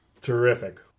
Terrific